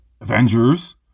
Avengers